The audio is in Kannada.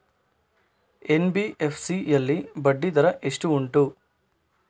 ಎನ್.ಬಿ.ಎಫ್.ಸಿ ಯಲ್ಲಿ ಬಡ್ಡಿ ದರ ಎಷ್ಟು ಉಂಟು?